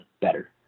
better